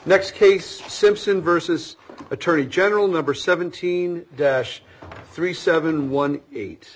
next case simpson versus attorney general number seventeen dash three seven one eight